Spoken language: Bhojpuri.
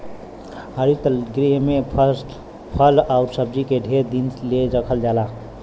हरित गृह में फल आउर सब्जी के ढेर दिन ले रखल जाला